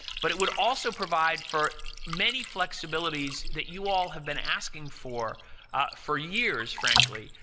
but it would also provide for many flexibilities that you all have been asking for for years, frankly,